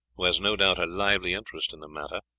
who has no doubt a lively interest in the matter.